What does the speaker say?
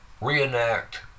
reenact